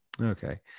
Okay